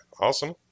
Awesome